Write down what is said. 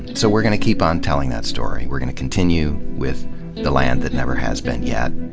so we're gonna keep on telling that story, we're gonna continue with the land that never has been yet.